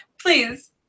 Please